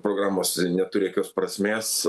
programos neturi jokios prasmės